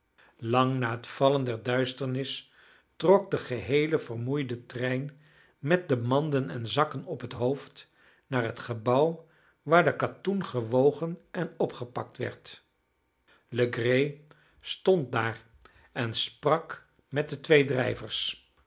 lang na het vallen der duisternis trok de geheele vermoeide trein met de manden en zakken op het hoofd naar het gebouw waar de katoen gewogen en opgepakt werd legree stond daar en sprak met de twee